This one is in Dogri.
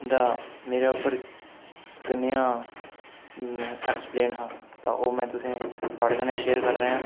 उं'दा मेरे उप्पर कनेहा एक्सप्लेन हा ते ओह् में तुसेंगी थुआढ़े कन्नै शेयर करै'रने आं